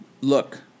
Look